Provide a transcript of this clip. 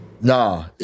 Nah